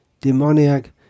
demoniac